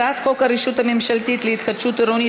הצעת חוק הרשות הממשלתית להתחדשות עירונית,